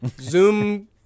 Zoom